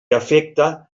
afecta